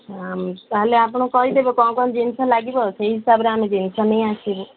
ତା'ହେଲେ ଆପଣ କହିଦେବେ କ'ଣ କ'ଣ ଜିନିଷ ଲାଗିବ ସେଇ ହିସାବରେ ଆମେ ଜିନିଷ ନେଇ ଆସିବୁ